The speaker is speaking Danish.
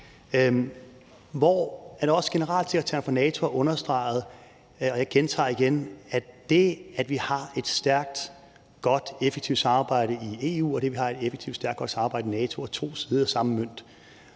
udtrykt det, og generalsekretæren for NATO har også understreget – og jeg gentager det – at det, at vi har et stærkt, godt og effektivt samarbejde i EU, og det, at vi har et effektivt, stærkt og godt samarbejde i NATO, er to sider af samme mønt.